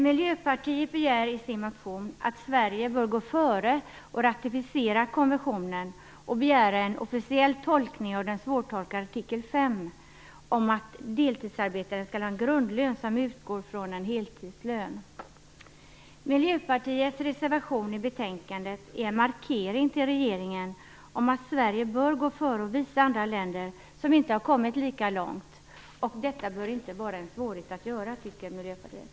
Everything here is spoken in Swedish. Miljöpartiet begär i sin motion att Sverige bör gå före och ratificera konventionen och begära en officiell tolkning av den svårtolkade artikel 5 om att deltidsarbetaren skall ha en grundlön som utgår från en heltidslön. Miljöpartiets reservation i betänkandet är en markering till regeringen om att Sverige bör gå före och visa andra länder som inte har kommit lika långt. Detta bör inte vara en svårighet, tycker Miljöpartiet.